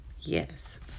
Yes